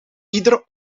iedere